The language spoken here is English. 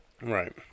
Right